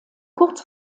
kurz